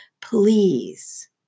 please